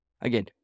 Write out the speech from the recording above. Again